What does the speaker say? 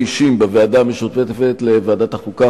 אישים בוועדה המשותפת לוועדת החוקה,